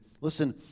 Listen